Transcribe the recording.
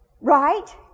Right